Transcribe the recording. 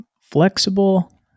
flexible